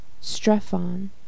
Strephon